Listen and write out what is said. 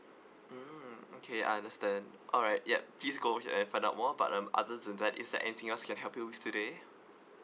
mm okay I understand alright yup please go ahead and find out more but um other than that is there anything else I can help you with today